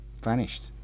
vanished